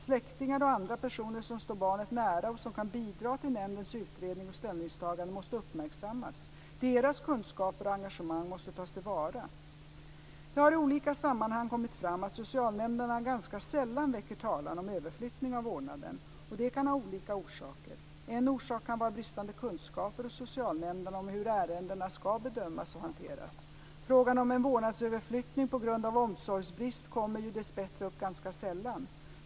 Släktingar och andra personer som står barnet nära och som kan bidra till nämndens utredning och ställningstagande måste uppmärksammas. Deras kunskaper och engagemang måste tas till vara. Det har i olika sammanhang kommit fram att socialnämnderna ganska sällan väcker talan om överflyttning av vårdnaden. Detta kan ha olika orsaker. En orsak kan vara bristande kunskaper hos socialnämnderna om hur ärendena ska bedömas och hanteras. Frågan om en vårdnadsöverflyttning på grund av omsorgsbrist kommer ju, dessbättre, upp ganska sällan.